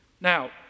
Now